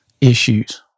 issues